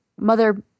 mother